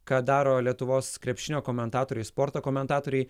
ką daro lietuvos krepšinio komentatoriai sporto komentatoriai